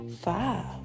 five